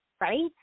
right